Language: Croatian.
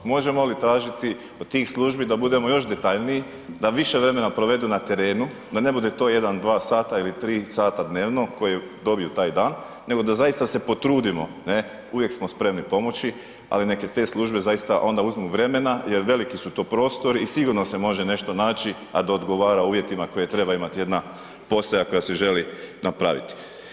Možemo li tražiti od tih službi da budemo još detaljniji, da više vremena provedu na terenu, da ne bude to jedan, dva sata ili tri sata dnevno koji dobiju taj dan, nego da zaista se potrudimo, ne, uvijek smo spremi pomoći, ali neka te službe zaista onda uzmi vremena jer veliki su to prostori i sigurno se može nešto naći, a da odgovara uvjetima koje treba imati jedna postaja koja se želi napraviti.